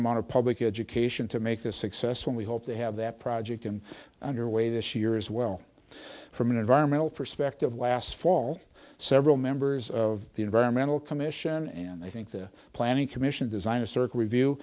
amount of public education to make this success when we hope to have that project and underway this year as well from an environmental perspective last fall several members of the environmental commission and i think the planning commission design a circuit review